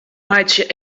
meitsje